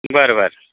बरं बरं